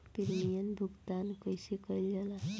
Premium भुगतान कइसे कइल जाला?